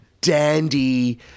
dandy